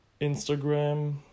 Instagram